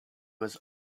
was